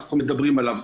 שאנחנו מדברים עליו.